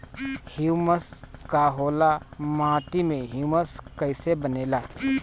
Humus का होला माटी मे ह्यूमस कइसे बनेला?